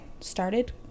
started